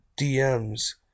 DMs